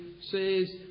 says